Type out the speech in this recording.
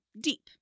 deep